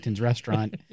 Restaurant